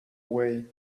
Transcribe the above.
way